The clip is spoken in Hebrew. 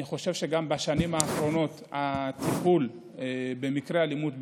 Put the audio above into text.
אני חושב שבשנים האחרונות הטיפול במקרי אלימות,